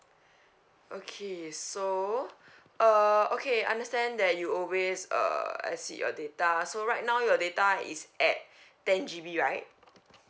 okay so uh okay I understand that you always uh I see your data so right now your data is at ten G_B right